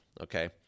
okay